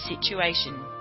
situation